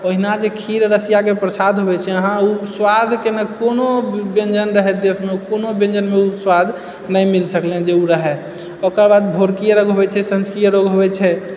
ओहिना जे खीर रसिआके परसाद होइ छै अहाँ ओ स्वादके ने कोनो ब्यञ्जन रहैत देशमे ओ कुनो ब्यञ्जनमे ओ स्वाद नहि मिल सकलै जे ओ रहै ओकर बाद भोरकी अरघ होइ छै सँझकि अरघ होइ छै